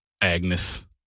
Agnes